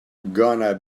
gonna